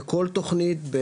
בכל תוכנית,